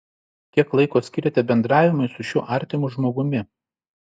kiek laiko skiriate bendravimui su šiuo artimu žmogumi